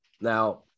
Now